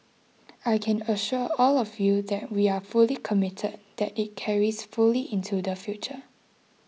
I can assure all of you that we are fully committed that it carries fully into the future